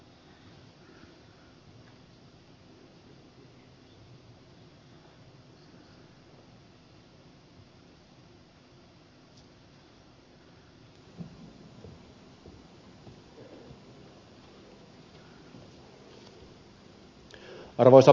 hyvät kansanedustajat